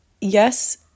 Yes